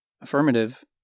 Affirmative